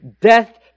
death